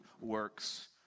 works